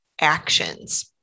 actions